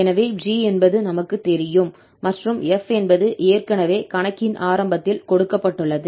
எனவே 𝑔 என்பது நமக்குத் தெரியும் மற்றும் f என்பது ஏற்கனவே கணக்கின் ஆரம்பத்தில் கொடுக்கப்பட்டுள்ளது